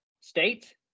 State